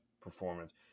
performance